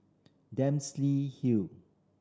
Dempsey Hill